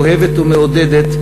אוהבת ומעודדת,